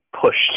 pushed